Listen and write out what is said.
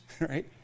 right